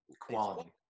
quality